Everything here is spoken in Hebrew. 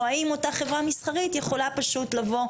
או האם אותה חברה מסחרית יכולה פשוט לבוא,